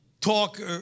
talk